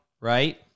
right